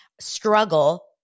struggle